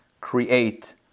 create